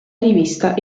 rivista